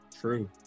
True